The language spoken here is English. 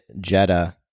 Jetta